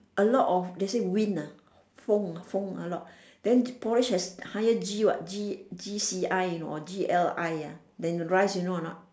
a lot of they say wind ah 风风 ah lor then porridge has higher G what G G C I you know or G L I then the rice you know or not